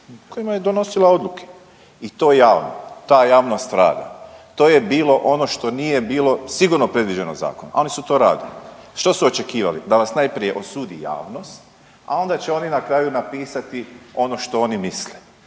kojima je donosila odluke i to javno. Ta javnost rada. To je bilo ono što nije bilo sigurno predviđeno zakonom, a oni su to radili. Što su očekivali? Da vas najprije osudi javnost, a onda će oni na kraju napisati ono što oni misle.